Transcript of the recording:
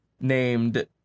named